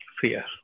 Fear